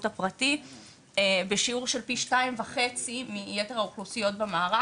הפרטי בשיעור של פי שתיים וחצי מיתר האוכלוסיות במערך.